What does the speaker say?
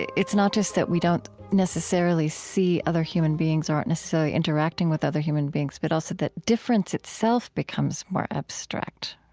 it's not just that we don't necessarily see other human beings aren't necessarily interacting with other human beings, but also that difference itself becomes more abstract,